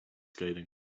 scathing